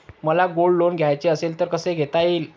मला gold loan घ्यायचे असेल तर कसे घेता येईल?